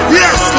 yes